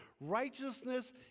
Righteousness